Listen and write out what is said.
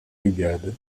brigade